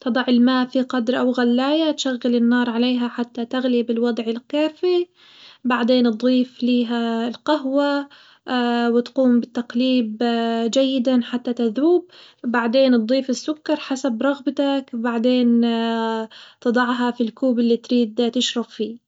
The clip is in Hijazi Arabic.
تضع الماء في قدر أوغلاية تشغل النار عليها حتى تغلي بالوضع الكافي، بعدين تضيف ليها القهوة وتقوم بالتقليب جيدًا حتى تذوب بعدين تضيف السكر حسب رغبتك، بعدين تضعها في الكوب اللي تريد تشرب فيه.